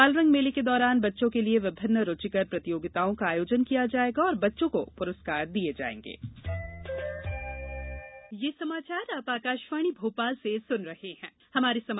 बालरंग मेले के दौरान बच्चों के लिए विभिन्न रूचिकर प्रतियोगिताओं का आयोजन किया जायेगा और बच्चों को पुरस्कार दिये जायेंगे